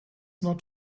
not